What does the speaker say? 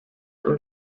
und